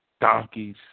donkeys